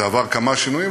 זה עבר כמה שינויים,